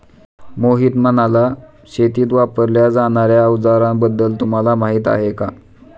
मोहित म्हणाला, शेतीत वापरल्या जाणार्या अवजारांबद्दल तुम्हाला माहिती आहे का?